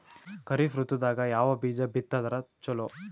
ಖರೀಫ್ ಋತದಾಗ ಯಾವ ಬೀಜ ಬಿತ್ತದರ ಚಲೋ?